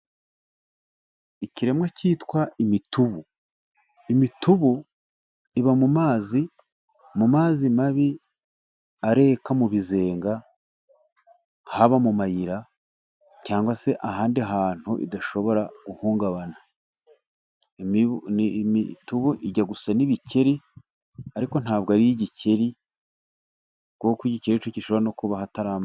Ikiremwa cyitwa imitubu, imitubu iba mu mazi, mu mazi mabi areka mu bizenga, haba mu mayira cyangwa se ahandi hantu idashobora guhungabana. Imitubu ijya gusa n'ibikeri, ariko ntabwo ari igikeri kuko igikeri gishobora no kuba ahatari amazi.